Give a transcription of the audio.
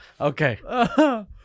Okay